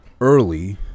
early